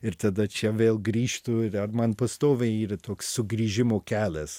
ir tada čia vėl grįžtu man pastoviai yra toks sugrįžimo kelias